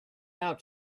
out